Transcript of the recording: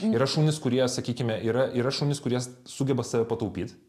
yra šunys kurie sakykime yra yra šunys kurie sugeba save pataupyt